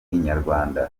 inyarwanda